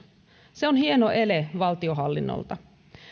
se on hieno ele valtionhallinnolta